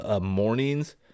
mornings